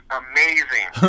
amazing